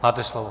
Máte slovo.